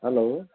hello